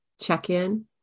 check-in